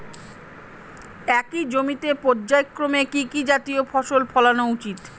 একই জমিতে পর্যায়ক্রমে কি কি জাতীয় ফসল ফলানো উচিৎ?